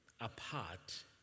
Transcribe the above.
apart